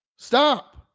Stop